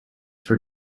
for